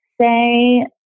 say